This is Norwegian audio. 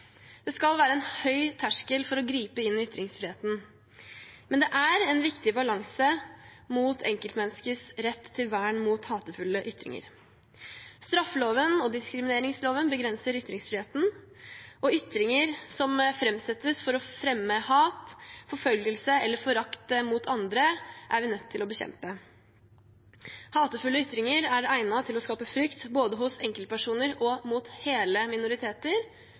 Det skal være en høy terskel for å gripe inn i ytringsfriheten, men det er en viktig balanse mellom ytringsfriheten og enkeltmenneskets rett til vern mot hatefulle ytringer. Straffeloven og diskrimineringsloven begrenser ytringsfriheten, og ytringer som framsettes for å fremme hat, forfølgelse eller forakt mot andre, er vi nødt til å bekjempe. Hatefulle ytringer er egnet til å skape frykt hos både enkeltpersoner og hele minoriteter,